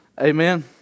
Amen